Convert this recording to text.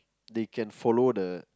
they can follow the